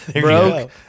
broke